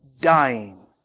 dying